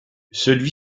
celui